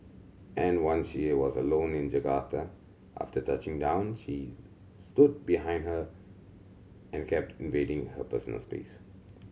and once she was alone in Jakarta after touching down she stood behind her and kept invading her personal space